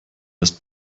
ist